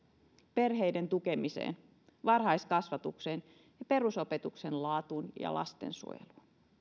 perheiden tukemiseen varhaiskasvatukseen ja perusopetuksen laatuun ja lastensuojeluun